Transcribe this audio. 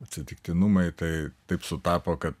atsitiktinumai tai taip sutapo kad